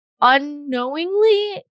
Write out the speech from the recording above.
unknowingly